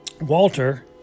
Walter